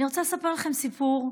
אני רוצה לספר לכם סיפור: